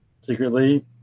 secretly